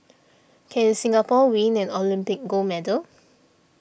can Singapore win an Olympic gold medal